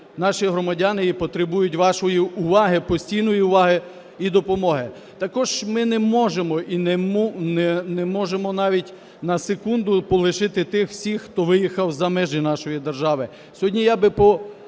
наші громадяни і потребують вашої уваги, постійної уваги і допомоги. Також ми не можемо і не можемо навіть на секунду полишити тих всіх, хто виїхав за межі нашої держави.